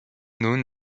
nun